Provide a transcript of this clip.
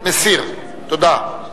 מסיר, תודה.